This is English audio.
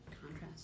contrast